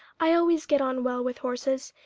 i always get on well with horses,